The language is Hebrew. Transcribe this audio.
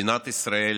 מדינת ישראל